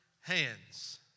hands